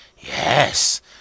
yes